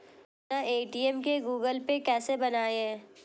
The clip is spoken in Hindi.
बिना ए.टी.एम के गूगल पे कैसे बनायें?